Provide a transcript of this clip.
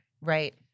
Right